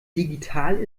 digital